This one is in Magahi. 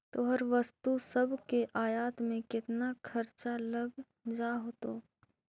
तोहर वस्तु सब के आयात में केतना खर्चा लग जा होतो?